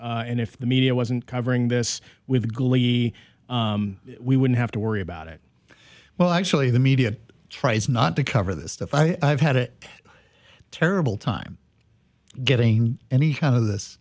and if the media wasn't covering this with glee we wouldn't have to worry about it well actually the media tries not to cover this stuff i've had it terrible time getting any kind of this